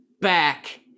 back